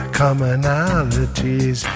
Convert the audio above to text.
commonalities